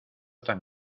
tan